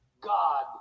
god